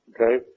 Okay